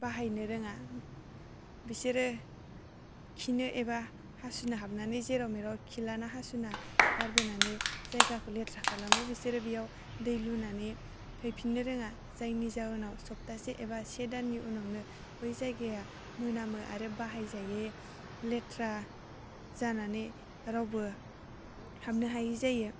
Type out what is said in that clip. बाहायनो रोङा बिसोरो खिनो एबा हासुनो हाबनानै जेराव मेराव खिलाना हासुना गारबोनानै जायगाखौ लेथ्रा खालामो बिसोरो बेयाव दै लुनानै फैफिननो रोङा जायनि जाहोनाव सप्तासे एबा से दाननि उनावनो बै जायगाया मोनामो आरो बाहायजायै लेथ्रा जानानै रावबो हाबनो हायै जायो